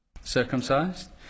Circumcised